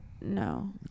No